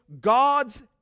God's